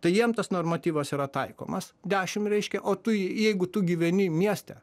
tai jiem tas normatyvas yra taikomas dešim reiškia o tai jeigu tu gyveni mieste